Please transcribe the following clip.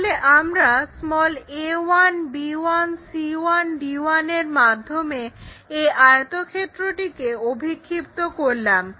তাহলে আমরা a1 b1 c1 d1 এর মাধ্যমে এই আয়তক্ষেত্রটিকে অভিক্ষিপ্ত করলাম